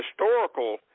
historical